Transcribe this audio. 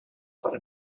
per